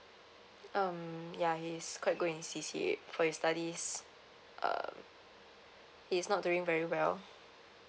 um ya he's quite going to C_C_A for his studies um he's not doing very well